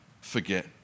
forget